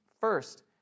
first